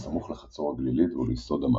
בסמוך לחצור הגלילית וליסוד המעלה,